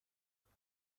محبت